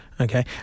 okay